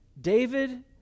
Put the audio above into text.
David